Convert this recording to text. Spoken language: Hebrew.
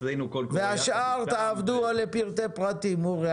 והשאר תעבדו לפרטי פרטים, אורי.